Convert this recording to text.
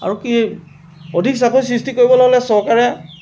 আৰু কি অধিক চাকৰি সৃষ্টি কৰিবলৈ হ'লে চৰকাৰে